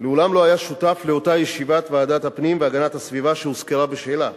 מעולם לא היה שותף לאותה ישיבת ועדת הפנים והגנת הסביבה שהוזכרה בשאלה,